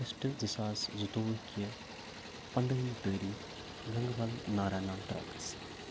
اگسٹہٕ زٕ ساس زٕتووُہ کہِ پنٛدہٲمہِ تٲریٖخ گَنٛگہٕ بَل نارا ناگ ٹرٛیکَس